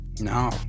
No